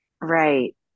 Right